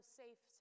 safe